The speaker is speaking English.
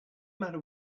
matter